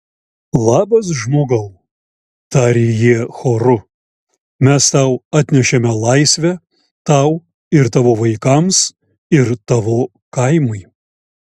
labas žmogau tarė jie choru mes tau atnešėme laisvę tau ir tavo vaikams ir tavo kaimui